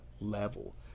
level